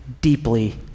deeply